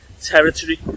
territory